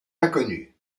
inconnus